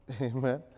amen